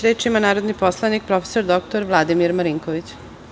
Reč ima narodni poslanik prof. dr Vladimir Marinković.